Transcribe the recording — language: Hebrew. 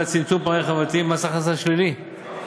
ולצמצום פערים חברתיים (מס הכנסה שלילי)